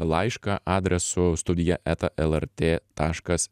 laišką adresu studija eta lrt taškas